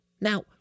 Now